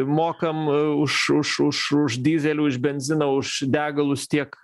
mokam už už už už dyzelį už benziną už degalus tiek